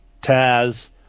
Taz